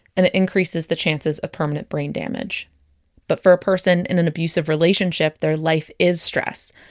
and it increases the chances of permanent brain damage but for a person in an abusive relationship, their life is stress